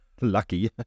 lucky